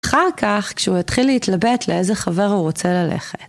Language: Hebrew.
אחר כך, כשהוא יתחיל להתלבט לאיזה חבר הוא רוצה ללכת.